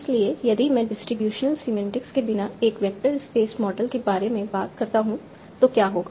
इसलिए यदि मैं डिस्ट्रीब्यूशनल सीमेन्टिक्स के बिना एक वेक्टर स्पेस मॉडल के बारे में बात करता हूं तो क्या होगा